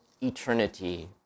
eternity